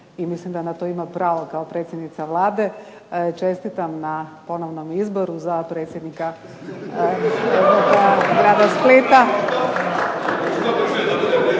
i mislim da na to imam pravo kao predsjednica Vlade, čestitam na ponovnom izboru za predsjednika …/Buka